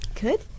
good